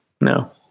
no